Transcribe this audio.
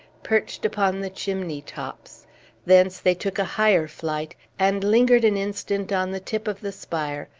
perched upon the chimney-tops thence they took a higher flight, and lingered an instant on the tip of the spire,